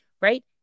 Right